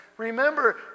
Remember